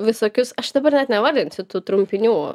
visokius aš dabar net nevardinsiu tų trumpinių